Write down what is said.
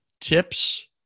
tips